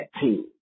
team